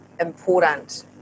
important